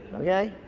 okay?